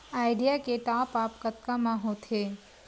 Idea के top आप कतका म होथे?